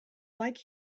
like